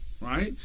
right